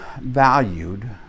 valued